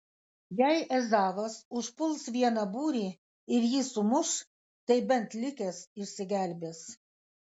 jei ezavas užpuls vieną būrį ir jį sumuš tai bent likęs išsigelbės